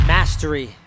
Mastery